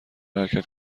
حرکت